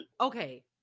Okay